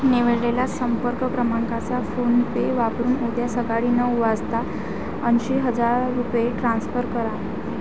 निवडलेल्या संपर्क क्रमांकाचा फोनपे वापरून उद्या सकाळी नऊ वाजता ऐंशी हजार रुपये ट्रान्स्फर करा